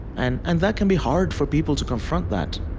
and and that can be hard, for people to confront that.